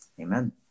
Amen